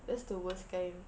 that's the worst kind